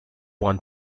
one